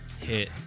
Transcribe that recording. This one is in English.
hit